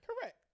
Correct